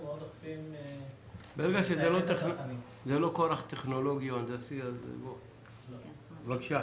ברגע שזה לא כורח טכנולוגי או הנדסי, בסדר.